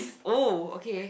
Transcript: oh okay